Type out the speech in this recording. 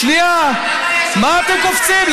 שנייה, מה אתם קופצים?